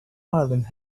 island